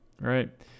Right